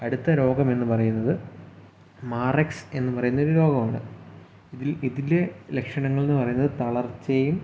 അടുത്ത രോഗമെന്ന് പറയുന്നത് മാറെക്സ് എന്ന് പറയുന്ന ഒരു രോഗമാണ് ഇതിൽ ഇതിലെ ലക്ഷണങ്ങൾ എന്ന് പറയുന്നത് തളർച്ചയും